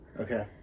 Okay